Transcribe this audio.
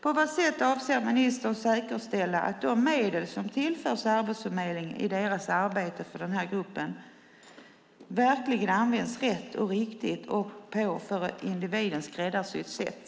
På vad sätt avser ministern att säkerställa att de medel som tillförs Arbetsförmedlingen i dess arbete för denna grupp verkligen används rätt och riktigt och på ett för individen skräddarsytt sätt?